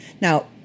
Now